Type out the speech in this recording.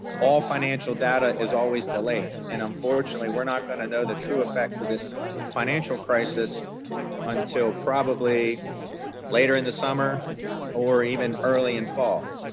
all financial data is always delayed. and unfortunately, we're not going to know the true effects of this financial crisis until probably later in the summer or even early in fall.